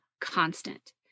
constant